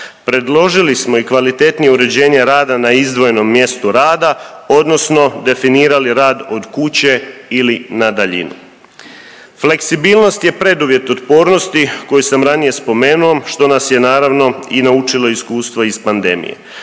Predložili smo i kvalitetnije uređenje rada na izdvojenom mjestu rada odnosno definirali rad od kuće ili na daljinu. Fleksibilnost je preduvjet otpornosti koju sam ranije spomenuo što nas je naravno i naučilo iskustvo iz pandemije.